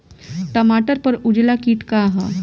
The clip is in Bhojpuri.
टमाटर पर उजला किट का है?